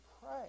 pray